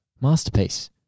masterpiece